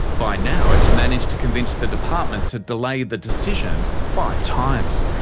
by now it's managed to convince the department to delay the decision five times,